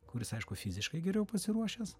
kuris aišku fiziškai geriau pasiruošęs